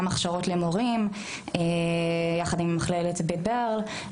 גם הכשרות למורים יחד עם מכללת בית ברל,